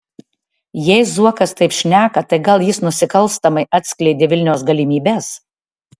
jei zuokas taip šneka tai gal jis nusikalstamai atskleidė vilniaus galimybes